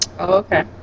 okay